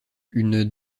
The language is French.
une